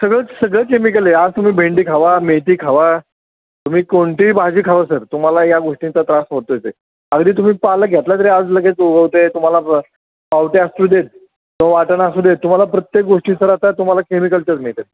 सगळं सगळं केमिकल आहे आज तुम्ही भेंडी खावा मेथी खावा तुम्ही कोणतीही भाजी खावा सर तुम्हाला या गोष्टींचा त्रास होतोचं आहे अगदी तुम्ही पालक घेतला तरी आज लगेच उगवतं आहे तुम्हाला पावटे असू देत किंवा वाटाणा असू देत तुम्हाला प्रत्येक गोष्टी सर आता तुम्हाला केमिकलच्याच मिळत आहेत